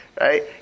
right